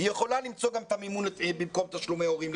היא יכולה למצוא גם את המימון לחינוך במקום תשלומי הורים.